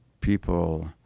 people